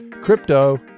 Crypto